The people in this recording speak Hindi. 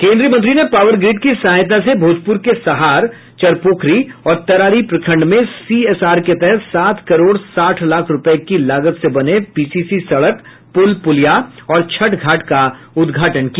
केन्द्रीय मंत्री ने पावर ग्रिड की सहायता से भोजपुर के सहार चरपोखरी और तरारी प्रखंड में सीएसआर के तहत सात करोड़ साठ लाख रूपये की लागत से बने पीसीसी सड़क पुल पुलिया और छठ घाट का उद्घाटन किया